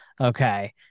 Okay